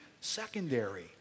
secondary